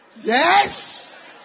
Yes